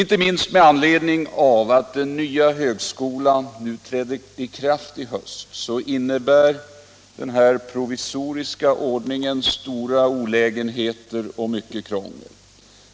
Inte minst med anledning av att den nya högskolan träder i kraft i höst innebär denna provisoriska ordning stora olägenheter och mycket krångel.